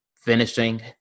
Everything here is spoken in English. finishing